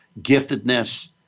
giftedness